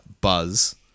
Buzz